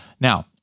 now